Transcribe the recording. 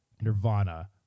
Nirvana